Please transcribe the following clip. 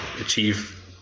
achieve